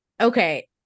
Okay